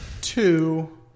two